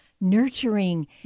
nurturing